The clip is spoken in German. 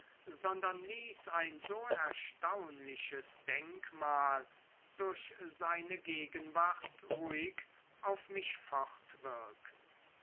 sondern ließ ein so erstaunliches denkmal durch seine gegenwart ruhig auf mich